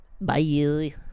Bye